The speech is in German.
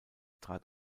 trat